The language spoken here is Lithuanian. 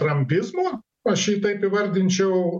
trampizmo aš jį taip įvardinčiau